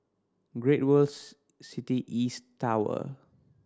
Great World City East Tower